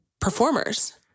performers